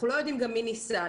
אנחנו לא יודעים גם מי ניסה,